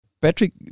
Patrick